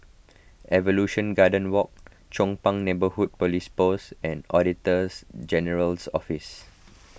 Evolution Garden Walk Chong Pang Neighbourhood Police Post and Auditors General's Office